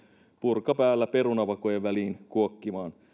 burka päällä perunavakojen väliin kuokkimaan